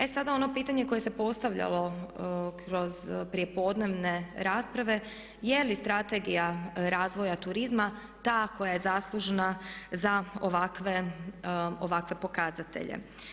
E sada ono pitanje koje se postavljalo kroz prijepodnevne rasprave je li Strategija razvoja turizma ta koja je zaslužna za ovakve pokazatelje.